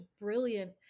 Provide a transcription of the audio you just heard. brilliant